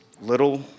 little